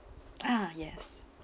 ah yes